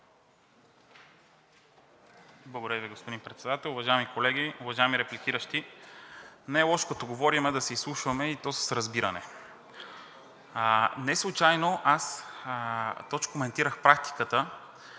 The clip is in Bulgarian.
Благодаря Ви, господин Председател. Уважаеми колеги, уважаеми репликиращи! Не е лошо, като говорим, да се изслушваме, и то с разбиране. Неслучайно аз точно коментирах практиката,